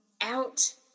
out